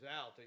out